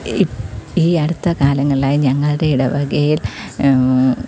ഈ അടുത്ത കാലങ്ങളിലായി ഞങ്ങളുടെ ഇടവകയിൽ